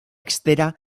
ekstera